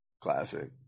Classic